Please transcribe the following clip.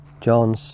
John